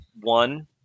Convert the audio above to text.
One